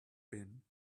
been